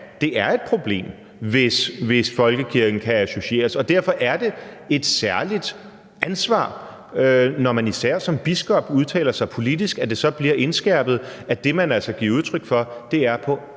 det er et problem, hvis folkekirken kan associeres med en bestemt politisk retning, og derfor er det et særligt ansvar, når man som især biskop udtaler sig politisk, at det så bliver indskærpet, at det, man giver udtryk for, altså er på